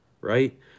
right